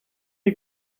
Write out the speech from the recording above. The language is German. die